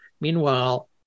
Meanwhile